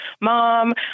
mom